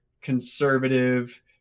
conservative